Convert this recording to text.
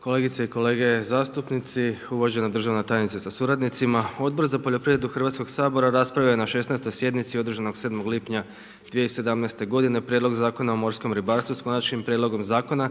Kolegice i kolege zastupnici, uvažena državna tajnica sa suradnicima, Odbor za poljoprivredu Hrvatskog sabora raspravljao je na 16. sjednici održanoj 07. lipnja 2017. godine Prijedlog Zakona o morskom ribarstvu s Konačnim prijedlogom zakona